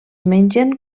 mengen